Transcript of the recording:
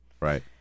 Right